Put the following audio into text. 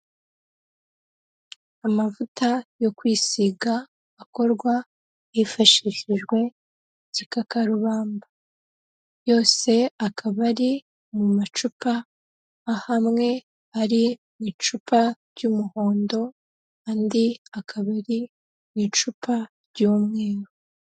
Amavuta yo kwisiga akorwa hifashishijwe igikakarubamba yose akaba ari mu macupa aho amwe ari mu icupa ry'umuhondo andi akaba ari mu icupa ry'umweru.